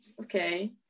okay